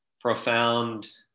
profound